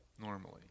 normally